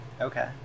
Okay